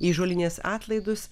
į žolinės atlaidus